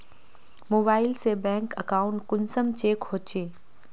Mobile से bank account कुंसम check होचे?